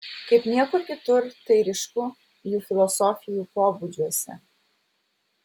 kaip niekur kitur tai ryšku jų filosofijų pobūdžiuose